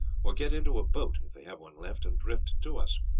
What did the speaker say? or get into a boat, if they have one left, and drift to us.